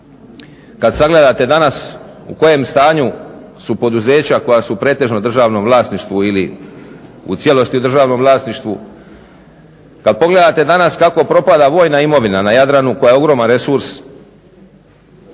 Kad sagledate danas u kojem stanju su poduzeća koja su pretežno u državnom vlasništvu ili u cijelosti u državnom vlasništvu. Kad pogledate danas kako propada vojna imovina na Jadranu, koja je ogroman resurs,